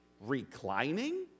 reclining